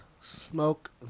Smoke